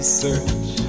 search